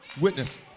witness